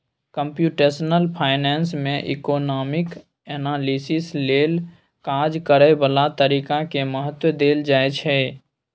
computational finance में economic analysis लेल काज करए बला तरीका के महत्व देल जाइ छइ